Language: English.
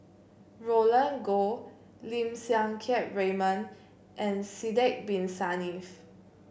Roland Goh Lim Siang Keat Raymond and Sidek Bin Saniff